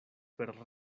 per